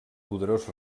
poderós